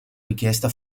richiesta